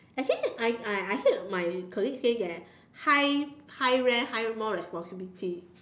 actually I I I hear my colleague say that high high rank high more responsibility